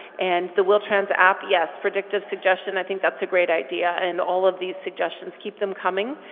and the wheel-trans app, yes, predictive suggestion i think that's a great idea, and all of these suggestions, keep them coming,